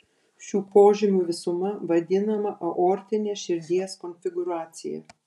šių požymių visuma vadinama aortine širdies konfigūracija